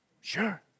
Sure